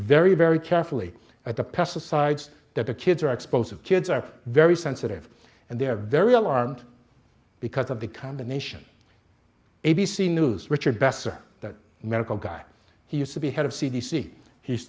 very very carefully at the pesticides that the kids are exposed of kids are very sensitive and they're very alarmed because of the combination a b c news richard besser that medical guy he used to be head of c d c he's